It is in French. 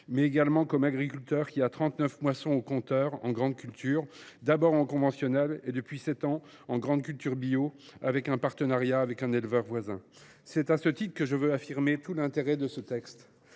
mais aussi en tant qu’agriculteur ayant trente neuf moissons au compteur en grande culture, d’abord en conventionnel et, depuis sept ans, en grande culture bio, en partenariat avec un éleveur voisin. C’est à ce titre que je veux affirmer tout l’intérêt de ce texte.